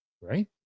right